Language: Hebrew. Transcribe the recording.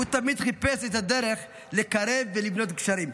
הוא תמיד חיפש את הדרך לקרב ולבנות גשרים.